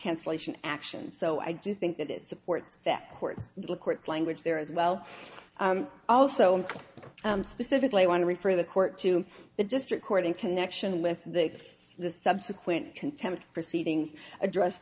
cancellation actions so i do think that it supports that court the court language there as well also specifically want to refer the court to the district court in connection with the if the subsequent contempt proceedings address